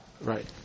Right